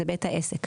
זה בית העסק.